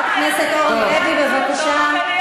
חברת הכנסת אורלי לוי, בבקשה.